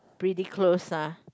pretty close ah